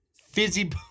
fizzy